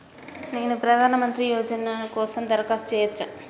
నేను ప్రధాన మంత్రి యోజన కోసం దరఖాస్తు చేయవచ్చా?